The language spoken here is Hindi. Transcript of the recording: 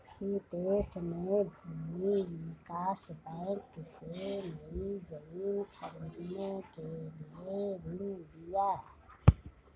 हितेश ने भूमि विकास बैंक से, नई जमीन खरीदने के लिए ऋण लिया